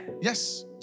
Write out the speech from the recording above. Yes